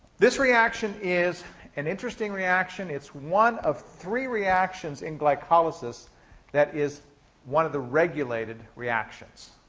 this reaction is an interesting reaction. it's one of three reactions in glycolysis that is one of the regulated reactions,